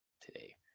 today